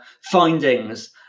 findings